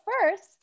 first